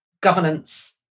governance